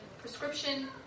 Prescription